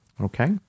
Okay